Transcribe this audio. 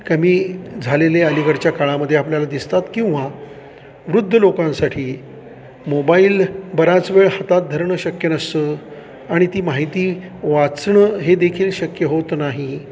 कमी झालेले अलीकडच्या काळामध्ये आपल्याला दिसतात किंवा वृद्ध लोकांसाठी मोबाईल बऱ्याच वेळ हातात धरणं शक्य नसतं आणि ती माहिती वाचणं हे देखील शक्य होत नाही